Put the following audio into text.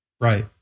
Right